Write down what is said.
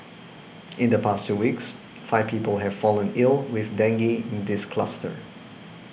in the past two weeks five people have fallen ill with dengue in this cluster